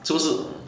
是不是